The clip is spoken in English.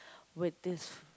with this